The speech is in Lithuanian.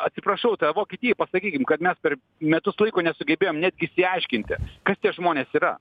atsiprašau vokietijai pasakykim kad mes per metus laiko nesugebėjom netgi išsiaiškinti kas tie žmonės yra